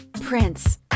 Prince